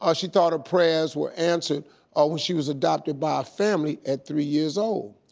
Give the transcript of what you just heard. ah she thought her prayers were answered ah when she was adopted by a family at three years old.